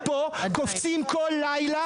יש פה המון אנשים שרוצים לדבר,